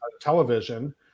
television